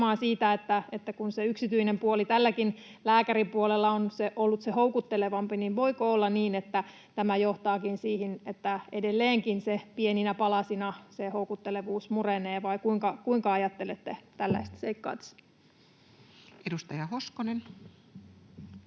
siitä, että se yksityinen puoli tälläkin lääkäripuolella on ollut se houkuttelevampi? Voiko olla niin, että tämä johtaakin siihen, että edelleenkin pieninä palasina se houkuttelevuus murenee, vai kuinka ajattelette tällaista seikkaa tässä? Edustaja Hoskonen.